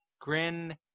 Grin